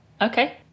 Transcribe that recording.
Okay